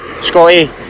Scotty